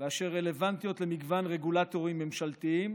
ואשר רלוונטיות למגוון רגולטורים ממשלתיים,